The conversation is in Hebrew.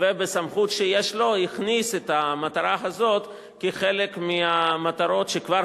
ובסמכות שיש לו הכניס את המטרה הזו כחלק מהמטרות שכבר